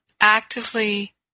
actively